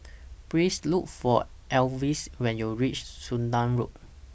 Please Look For Elvis when YOU REACH Sudan Road